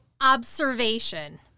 observation